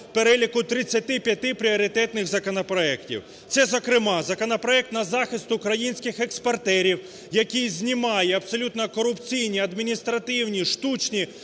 переліку 35 пріоритетних законопроектів. Це, зокрема, законопроект на захист українських експортерів, який знімає абсолютно корупційні адміністративні штучні